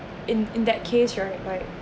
in in that case right like